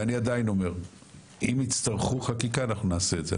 ואני עדיין אומר - אם יצטרכו חקיקה אנחנו נעשה את זה.